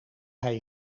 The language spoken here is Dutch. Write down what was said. hij